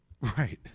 Right